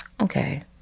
okay